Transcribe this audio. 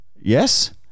Yes